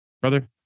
brother